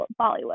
Bollywood